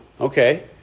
Okay